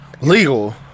legal